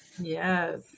Yes